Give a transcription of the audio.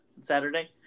Saturday